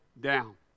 down